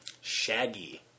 Shaggy